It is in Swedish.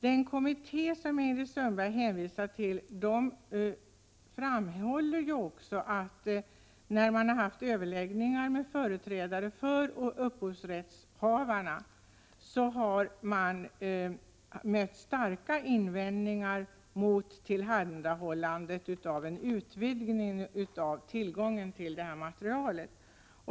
Den kommitté som Ingrid Sundberg hänvisade till framhåller också att man i överläggningarna med företrädare för upphovsrättshavarna har mött starka invändningar mot en utvidgning av tillgången till materialet.